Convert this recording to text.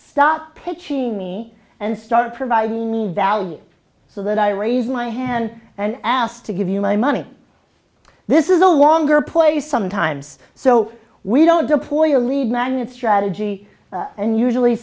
stop pitching me and start providing need value so that i raise my hand and asked to give you my money this is a longer play sometimes so we don't deploy a lead magnet strategy and usually